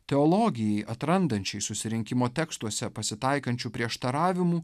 teologijai atrandančiai susirinkimo tekstuose pasitaikančių prieštaravimų